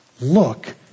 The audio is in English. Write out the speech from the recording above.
look